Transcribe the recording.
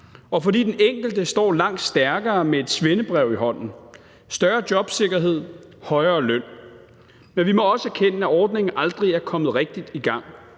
og fordi den enkelte står langt stærkere med et svendebrev i hånden – større jobsikkerhed, højere løn. Men vi må også erkende, at ordningen aldrig er kommet rigtig i gang.